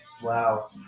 Wow